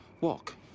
walk